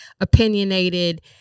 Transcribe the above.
opinionated